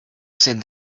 sit